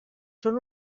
són